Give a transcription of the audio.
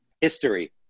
history